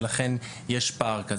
ולכן יש פער כזה.